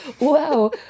wow